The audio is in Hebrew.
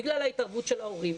בגלל ההתערבות של ההורים.